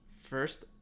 first